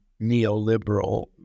neoliberal